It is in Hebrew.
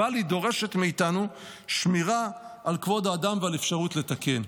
אבל היא דורשת מאיתנו שמירה על כבוד האדם ועל אפשרות לתקן.